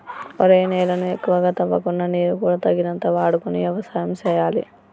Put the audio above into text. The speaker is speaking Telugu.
ఒరేయ్ నేలను ఎక్కువగా తవ్వకుండా నీరు కూడా తగినంత వాడుకొని యవసాయం సేయాలి